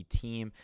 team